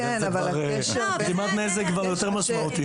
זה גרימת נזק יותר משמעותי.